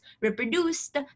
reproduced